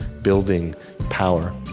building power